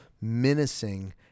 menacing